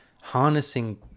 harnessing